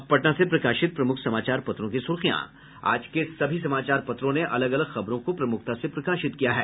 अब पटना से प्रकाशित प्रमुख समाचार पत्रों की सुर्खियां आज के सभी समाचार पत्रों ने अलग अलग खबरों को प्रमुखता से प्रकाशित किया है